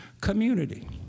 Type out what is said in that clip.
community